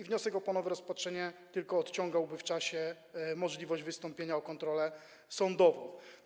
Wniosek o ponowne rozpatrzenie tylko odciągałby w czasie możliwość wystąpienia o kontrolę sądową.